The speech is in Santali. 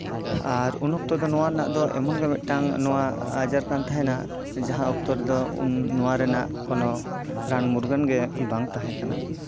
ᱟᱨ ᱩᱱ ᱚᱠᱛᱚ ᱫᱚ ᱱᱚᱣᱟ ᱨᱮᱱᱟᱜ ᱫᱚ ᱮᱢᱚᱱ ᱜᱮ ᱢᱤᱫᱴᱟᱝ ᱱᱚᱣᱟ ᱟᱡᱟᱨ ᱠᱟᱱ ᱛᱟᱦᱮᱱᱟ ᱡᱟᱦᱟᱸ ᱚᱠᱛᱚ ᱨᱮᱫᱚ ᱱᱚᱣᱟ ᱨᱮᱱᱟᱜ ᱠᱳᱱᱳ ᱨᱟᱱ ᱢᱩᱨᱜᱟᱹᱱ ᱜᱮ ᱵᱟᱝ ᱛᱟᱦᱮᱸ ᱠᱟᱱᱟ